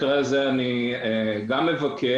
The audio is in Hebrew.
בדוגמה הבאה אני גם מבקר,